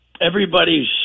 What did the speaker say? everybody's